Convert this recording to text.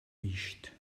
mischt